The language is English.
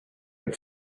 had